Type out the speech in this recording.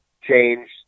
change